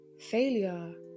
Failure